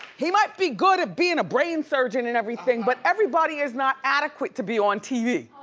he might be good at being a brain surgeon and everything but everybody is not adequate to be on tv.